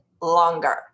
longer